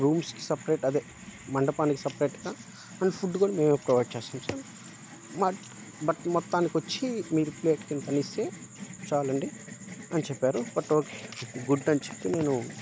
రూమ్స్కి separate అదే మండపానికి సపరేట్గా అండ్ ఫుడ్ కూడా మేమే ప్రొవైడ్ చేస్తాం సార్ బట్ బట్ మొత్తానికి వచ్చి మీరు ప్లేట్కు ఇంతని ఇస్తే చాలండి అని చెప్పారు బట్ ఓకే గుడ్ అని చెప్పి నేను